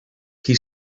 qui